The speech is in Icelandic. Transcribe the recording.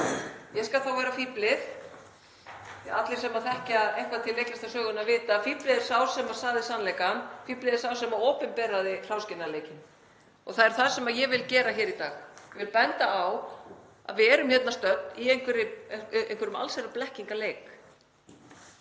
Ég skal þá vera fíflið, því að allir sem þekkja eitthvað til leiklistarsögu vita að fíflið er sá sem sagði sannleikann, fíflið er sá sem opinberaði hráskinnaleikinn. Og það er það sem ég vil gera í dag; ég vil benda á að við erum hér stödd í einhverjum allsherjarblekkingaleik.